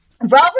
Robert